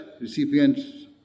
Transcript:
recipients